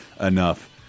enough